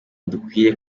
dukwiriye